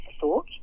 thought